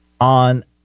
on